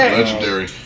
Legendary